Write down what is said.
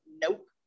nope